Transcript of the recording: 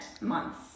months